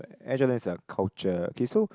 Air Jordan is a culture K so